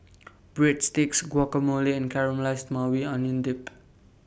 Breadsticks Guacamole and Caramelized Maui Onion Dip